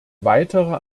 weiterer